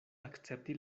akcepti